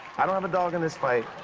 i don't have a dog in this fight.